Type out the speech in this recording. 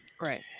right